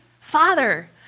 father